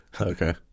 Okay